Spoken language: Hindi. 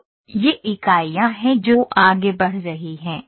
तो ये इकाइयां हैं जो आगे बढ़ रही हैं